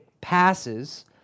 passes